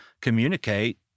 communicate